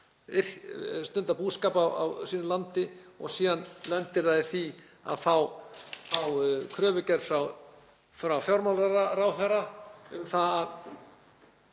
stundað búskap á sínu landi og síðan lendir það í því að fá kröfugerð frá fjármálaráðherra